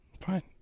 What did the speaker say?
fine